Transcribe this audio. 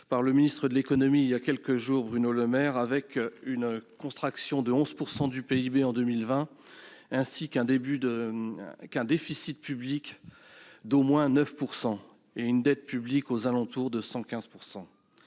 par le ministre de l'économie et des finances, Bruno Le Maire. Avec une contraction de 11 % du PIB en 2020, ainsi qu'un déficit public d'au moins 9 % et une dette publique aux alentours de 115